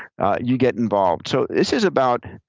you get involved. so this is about,